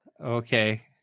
Okay